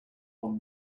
one